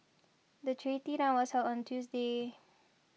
the charity run was held on Tuesday